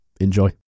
Enjoy